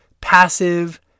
passive